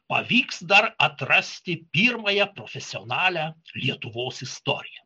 pavyks dar atrasti pirmąją profesionalią lietuvos istoriją